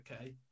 okay